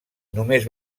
només